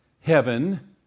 heaven